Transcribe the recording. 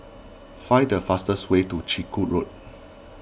find the fastest way to Chiku Road